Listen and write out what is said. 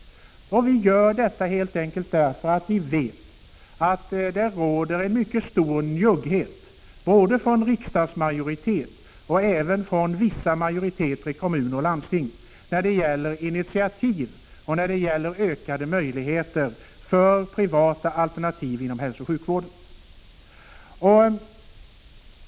Vi kräver detta helt enkelt därför att vi vet att det råder en mycket stor njugghet både från riksdagsmajoriteten och från vissa majoriteter i kommuner och landsting när det gäller initiativ och ökade möjligheter för privata alternativ inom hälsooch sjukvården.